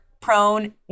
prone